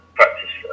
practice